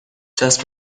چسب